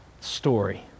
story